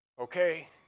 Okay